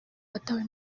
watawe